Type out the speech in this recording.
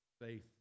faith